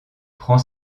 prend